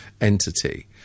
entity